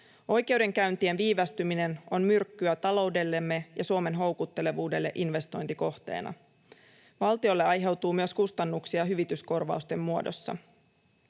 Oikeudenkäyntien viivästyminen on myrkkyä taloudellemme ja Suomen houkuttelevuudelle investointikohteena. Valtiolle aiheutuu myös kustannuksia hyvityskorvausten muodossa.